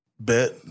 Bet